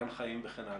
גן חיים וכן הלאה.